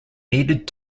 needed